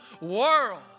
world